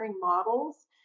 models